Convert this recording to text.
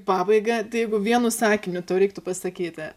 pabaigą tai jeigu vienu sakiniu tau reiktų pasakyti